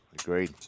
agreed